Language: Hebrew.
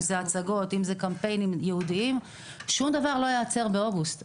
הצגות או קמפיינים ייעודיים לא ייעצר באוגוסט.